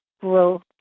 growth